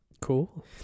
Cool